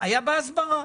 היה בהסברה.